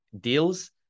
deals